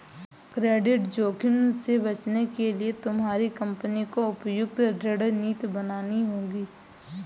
credit जोखिम से बचने के लिए तुम्हारी कंपनी को उपयुक्त रणनीति बनानी होगी